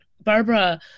Barbara